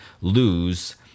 lose